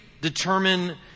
determine